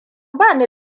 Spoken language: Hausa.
bani